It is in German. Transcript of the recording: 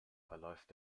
verläuft